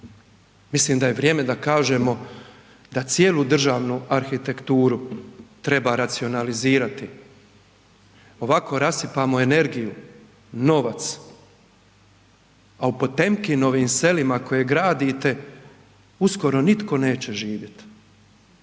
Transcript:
mislim da je vrijeme da kažemo da cijelu državnu arhitekturu treba racionalizirati. Ovako rasipamo energiju, novac, a u Potemkinovim selima koja gradite uskoro nitko neće živjet.